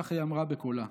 כך היא אמרה בקולה.